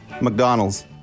McDonald's